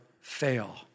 fail